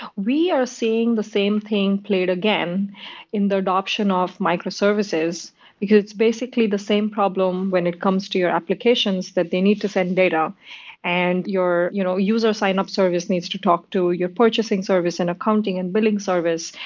we are seeing the same thing played again in the adoption off microservices because, basically, the same problem when it comes to your applications that they need to send data and your you know user sign-up service needs to talk to your purchasing service and accounting and billing service,